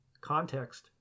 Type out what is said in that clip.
context